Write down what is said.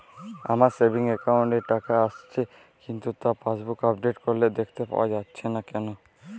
আমার savings account এ টাকা আসছে কিন্তু তা পাসবুক আপডেট করলে দেখতে পাওয়া যাচ্ছে না কেন?